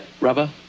Rubber